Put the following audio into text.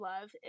love